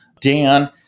Dan